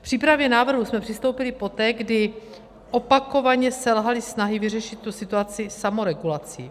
K přípravě návrhu jsme přistoupili poté, kdy opakovaně selhaly snahy vyřešit tu situaci samoregulací.